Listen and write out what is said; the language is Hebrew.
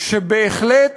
שבהחלט